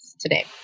today